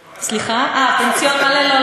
אה, פנסיון מלא?